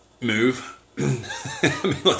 move